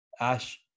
Ash